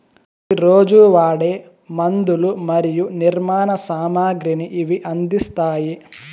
ప్రతి రోజు వాడే మందులు మరియు నిర్మాణ సామాగ్రిని ఇవి అందిస్తాయి